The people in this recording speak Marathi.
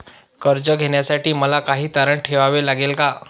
कर्ज घेण्यासाठी मला काही तारण ठेवावे लागेल का?